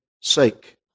sake